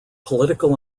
political